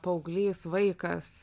paauglys vaikas